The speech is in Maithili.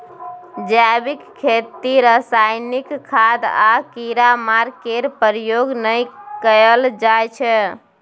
जैबिक खेती रासायनिक खाद आ कीड़ामार केर प्रयोग नहि कएल जाइ छै